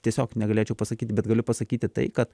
tiesiog negalėčiau pasakyt bet galiu pasakyti tai kad